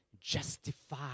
justify